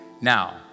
Now